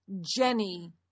Jenny